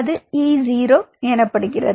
அது E zero எனப்படுகிறது